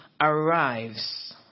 arrives